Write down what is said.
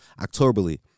Octoberly